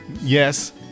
yes